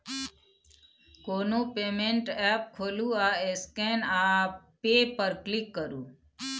कोनो payment app खोलु आ स्कैन आ पे पर क्लिक करु